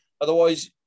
Otherwise